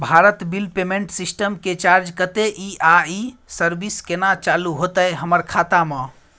Bharat bill payment system के charge कत्ते इ आ इ सर्विस केना चालू होतै हमर खाता म?